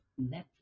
Netflix